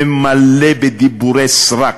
ומלא בדיבורי סרק.